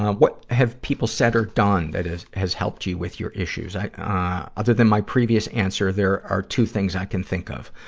what have people said or done that has has helped you with your issues? other than my previous answer, there are two things i can think of.